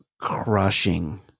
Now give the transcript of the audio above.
crushing